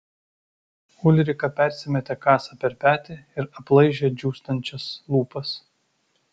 ulrika persimetė kasą per petį ir aplaižė džiūstančias lūpas